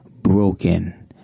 broken